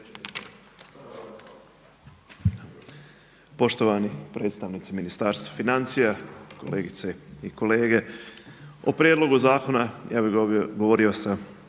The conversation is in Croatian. Poštovani predstavnici Ministarstva financija, kolegice i kolege. O Prijedlogu zakona ja bih govorio sa